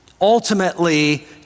ultimately